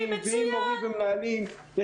עם מורים ומנהלים.